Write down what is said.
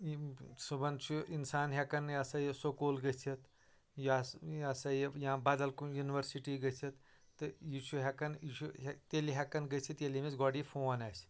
یِم صُبحن چھِ انسان ہٮ۪کان یہِ ہسا یہِ سکوٗل گٔژھِتھ یا یہِ ہسا یہِ یا بدل کُنہِ یونیورسٹی گٔژھِتھ تہٕ یہِ چھُ ہٮ۪کان یہِ چھُ تیٚلہِ ہٮ۪کان گٔژھِتھ ییٚلہِ أمِس گۄڈٕ یہِ فون آسہِ